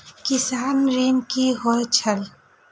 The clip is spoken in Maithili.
किसान ऋण की होय छल?